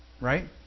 Right